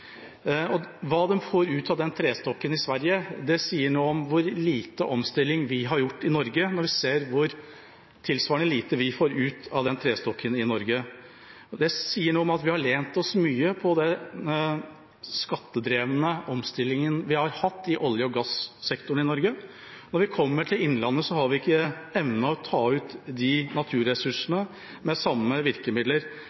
trevirke. Hva de får ut av trestokken i Sverige, sier noe om hvor lite omstilling vi har gjort i Norge, når vi ser hvor tilsvarende lite vi får ut av trestokken i Norge. Det sier noe om at vi har lent oss mye på den skattedrevne omstillingen vi har hatt i olje- og gassektoren i Norge. Når vi kommer til innlandet, har vi ikke evnet å ta ut naturressursene med samme virkemidler.